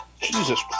Jesus